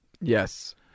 Yes